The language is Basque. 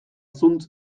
zuntz